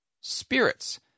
spirits